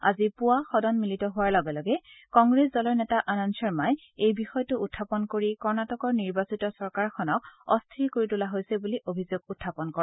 আজি পুৱা সদন মিলিত হোৱাৰ লগে লগে কংগ্ৰেছ দলৰ নেতা আনন্দ শৰ্মাই এই বিষয়টো উখাপন কৰি কৰ্ণাটকৰ নিৰ্বাচিত চৰকাৰখনক অস্থিৰ কৰি তোলা হৈছে বুলি অভিযোগ উখাপন কৰে